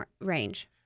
range